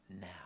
now